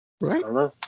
Right